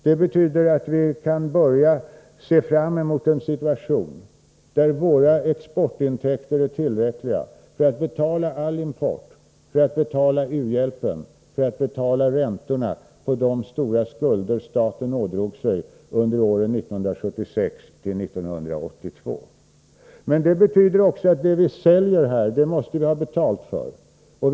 Det betyder att vi kan börja se fram mot en situation där våra exportintäkter är tillräckliga för att betala all import, u-hjälpen och räntorna på de stora skulder staten ådrog sig under åren 1976-1982. Det betyder emellertid också att vi måste ta betalt för det vi säljer.